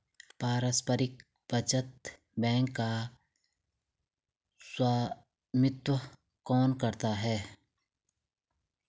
पारस्परिक बचत बैंक का स्वामित्व कौन करता है?